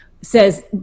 says